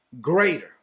greater